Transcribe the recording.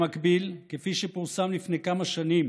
במקביל, כפי שפורסם לפני כמה שנים